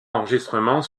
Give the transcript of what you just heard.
enregistrement